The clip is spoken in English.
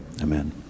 Amen